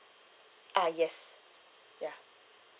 ah yes ya